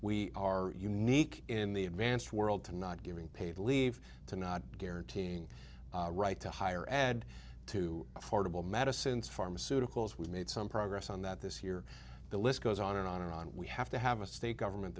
we are unique in the advanced world to not giving paid leave to not guaranteeing right to higher ed to affordable medicines pharmaceuticals we've made some progress on that this year the list goes on and on and on we have to have a state government